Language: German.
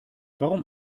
warum